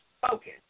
focus